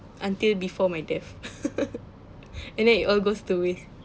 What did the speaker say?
until before my death and then it all goes to waste